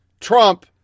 Trump